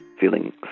feeling